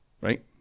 right